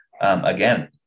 again